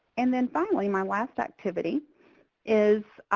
and then finally, my last activity is